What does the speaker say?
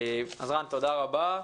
רן, תודה רבה.